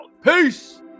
Peace